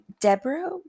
Deborah